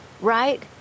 right